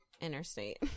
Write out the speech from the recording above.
interstate